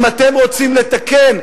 אם אתם רוצים לתקן,